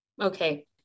Okay